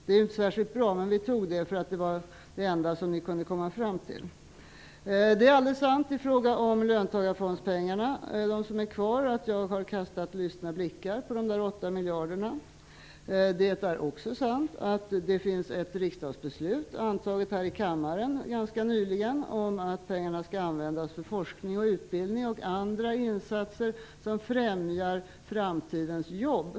Det är inte särskilt bra, men vi biträdde det, eftersom det var det enda som vi kunde komma fram till. Vad som sades om löntagarfondspengarna är sant, att jag har kastat lystna blickar på de 8 miljarderna. Det är också sant att det finns ett riksdagsbeslut, fattat här i kammaren ganska nyligen, om att pengarna skall användas för forskning och utbildning samt andra insatser som främjar framtidens jobb.